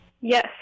Yes